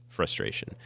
frustration